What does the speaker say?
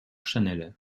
chanel